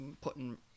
putting